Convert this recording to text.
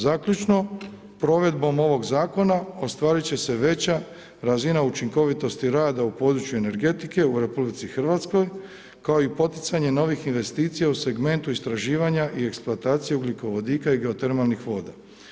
Zaključno, provedbom ovog zakona ostvarit će se veća razina učinkovitosti rada u području energetike u RH kao i poticanje novih investicija u segmentu istraživanja i eksploatacije ugljikovodika i geotermalnih voda.